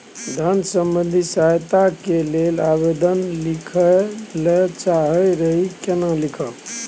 हम धन संबंधी सहायता के लैल आवेदन लिखय ल चाहैत रही केना लिखब?